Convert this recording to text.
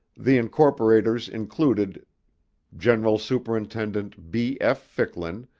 the incorporators included general superintendent b. f. ficklin,